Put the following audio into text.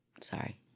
Sorry